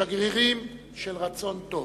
שגרירים של רצון טוב.